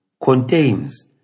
contains